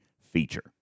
feature